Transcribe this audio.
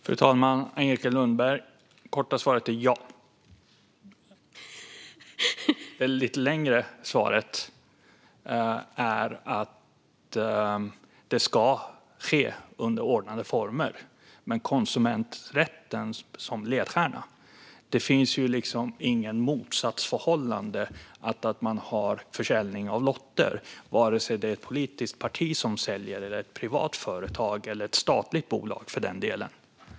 Fru talman! Det korta svaret på Angelica Lundbergs fråga är: Ja. Det lite längre svaret är att det ska ske under ordnade former med konsumenträtten som ledstjärna. Det finns inget motsatsförhållande i att ha försäljning av lotter, vare sig om det är ett politiskt parti, ett privat företag eller ett statligt bolag för den delen.